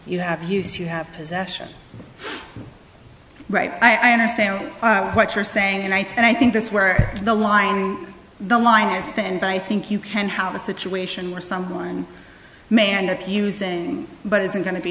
you have use you have possession right i understand what you're saying and i think that's where the line the line has been and i think you can have a situation where someone may end up using but isn't going to be